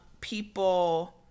people